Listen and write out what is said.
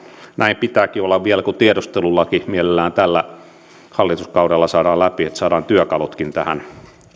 näin pitääkin olla vielä kun tiedustelulaki mielellään tällä hallituskaudella saadaan läpi niin saadaan työkalutkin tähän